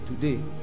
Today